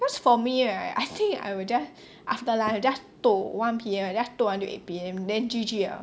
cause for me right I think I will just after lunch I just toh one P_M I just toh until eight P_M then G G liao